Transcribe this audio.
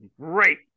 Great